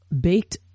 Baked